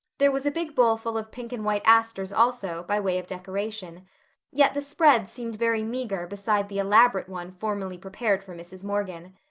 there was a big bowlful of pink-and-white asters also, by way of decoration yet the spread seemed very meager beside the elaborate one formerly prepared for mrs. morgan.